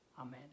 Amen